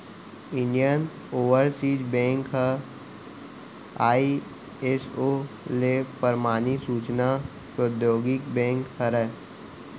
Indian Overseas Bank ह ISO ले परमानित सूचना प्रौद्योगिकी बेंक हरय